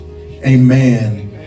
amen